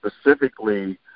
specifically